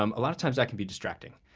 um a lot of times that can be distracting.